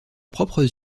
propres